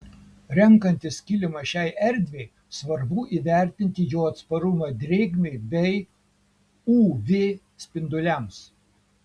renkantis kilimą šiai erdvei svarbu įvertinti jo atsparumą drėgmei bei uv spinduliams